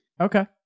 Okay